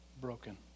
broken